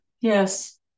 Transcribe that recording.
yes